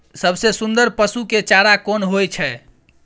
सबसे सुन्दर पसु के चारा कोन होय छै?